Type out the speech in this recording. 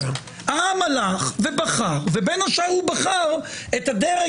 העם הלך ובחר ובין השאר בחר את הדרג